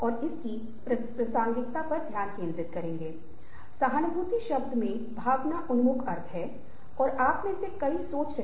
पिछले विषय में जो हमने लिया है वह बोलने के कौशल और बातचीत पर स्पष्ट रूप से था यह एक अधिक समग्र संदर्भ है जिसके भीतर बोलना एक उपसमुच्चय है और सुनना अन्य उपसेट है